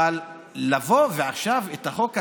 אבל עכשיו, את החוק הזה,